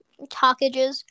talkages